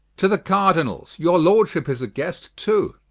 to the cardinals your lordship is a guest too